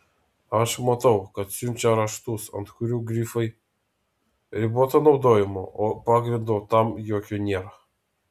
aš matau kad siunčia raštus ant kurių grifai riboto naudojimo o pagrindo tam jokio nėra